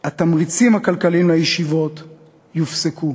והתמריצים הכלכליים לישיבות יופסקו.